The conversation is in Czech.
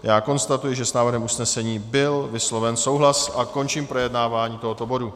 Já konstatuji, že s návrhem usnesení byl vysloven souhlas, a končím projednávání tohoto bodu.